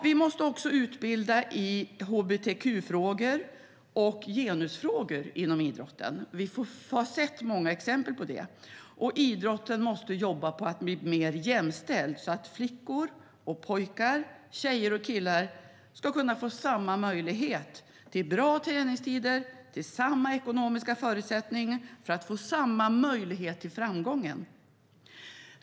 Vi måste dessutom utbilda i hbtq-frågor och genusfrågor inom idrotten. Idrottsrörelsen måste jobba på att bli mer jämställd så att flickor och pojkar, tjejer och killar, ska ha samma möjlighet till bra träningstider, samma ekonomiska förutsättningar och samma möjlighet till framgång.